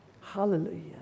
Hallelujah